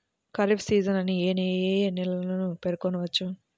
Kharif season అని ఏ ఏ నెలలను పేర్కొనవచ్చు?